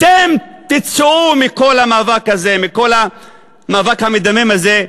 אתם תצאו מכל המאבק הזה, מכל המאבק המדמם הזה,